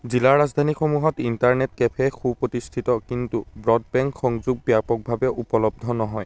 জিলা ৰাজধানীসমূহত internet cafe সুপ্ৰতিষ্ঠিত কিন্তু ব্ৰডবেণ্ড সংযোগ ব্যাপকভাৱে উপলব্ধ নহয়